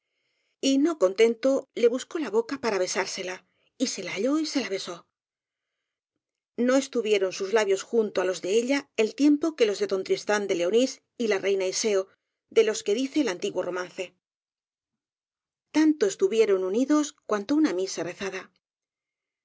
grana y no contento le buscó la boca para besársela y se la halló y se la besó no estuvieron sus labios junto á los de ella el tiempo que los de don tristán de leonís y la reina iseo de los que dice el antiguo romance tanto estuvieron unidos cuanto una misa rezada